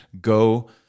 go